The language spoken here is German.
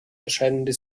erscheinende